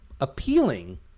appealing